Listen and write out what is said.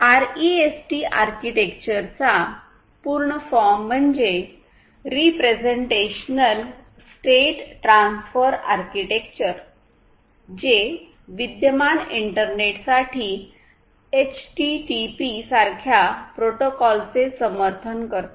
REST आर्किटेक्चरचा पूर्ण फॉर्म म्हणजे रीप्रेझेंटेशनल स्टेट ट्रान्सफर आर्किटेक्चर जे विद्यमान इंटरनेटसाठी एचटीटीपी सारख्या प्रोटोकॉलचे समर्थन करते